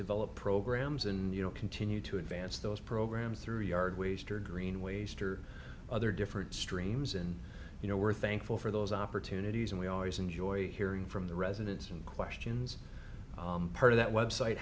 develop programs and you know continue to advance those programs through yard waste or green waste or other different streams and you know we're thankful for those opportunities and we always enjoy hearing from the residents and questions part of that website